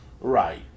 Right